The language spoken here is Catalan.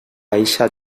eixa